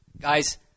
Guys